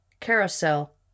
Carousel